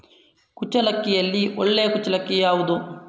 ಕುಚ್ಚಲಕ್ಕಿಯಲ್ಲಿ ಒಳ್ಳೆ ಕುಚ್ಚಲಕ್ಕಿ ಯಾವುದು?